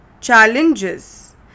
challenges